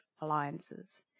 alliances